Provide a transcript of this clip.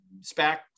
SPAC